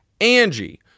Angie